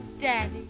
daddy